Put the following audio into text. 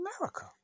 America